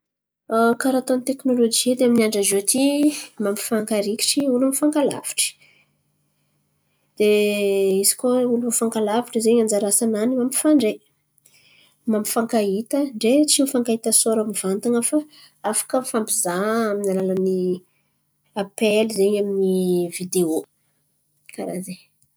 Karà ataony teknôlôjÿ edy amin'ny andra ziôty mampifankarikitry olo mifankalavitry. De izy koa olo mifankalavitry zen̈y anjara asanany mampifandray. Mampifankahita ndray tsy mifankahita sôra mivantan̈a fa afaka mifampizaha amin'ny alalan'ny apaily zen̈y amin'ny videô. Karà zen̈y.